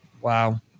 Wow